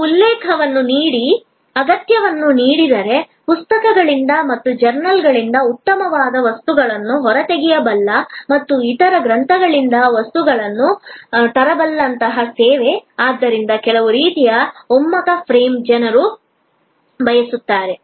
ಒಂದು ಉಲ್ಲೇಖವನ್ನು ನೀಡಿ ಅಗತ್ಯವನ್ನು ನೀಡಿದರೆ ಪುಸ್ತಕಗಳಿಂದ ಮತ್ತು ಜರ್ನಲ್ಗಳಿಂದ ಅಗತ್ಯವಾದ ವಸ್ತುಗಳನ್ನು ಹೊರತೆಗೆಯಬಲ್ಲ ಮತ್ತು ಇತರ ಗ್ರಂಥಾಲಯಗಳಿಂದ ವಸ್ತುಗಳನ್ನು ತರಬಲ್ಲಂತಹ ಸೇವೆ ಆದ್ದರಿಂದ ಕೆಲವು ರೀತಿಯ ಒಮ್ಮುಖ ಫ್ರೇಮ್ ಜನರು ಬಯಸಿದ್ದರು